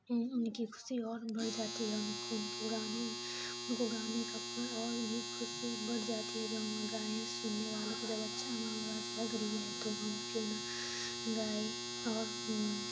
ان کی خوشی اور بڑھ جاتی ہے جب ان کے گانے سننے والے کو جب اچھا ہماری آواز لگ رہی ہے تو ہم کیوں نہ گائے اور